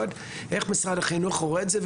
איך משרד החינוך רואה את זה?